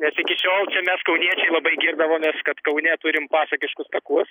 nes iki šiol čia mes kau labai girdavomės kad kaune turim pasakiškus takus